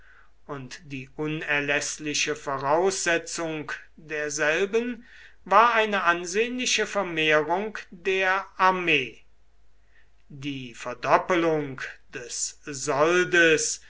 und die unerläßliche voraussetzung derselben war eine ansehnliche vermehrung der armee die verdoppelung des soldes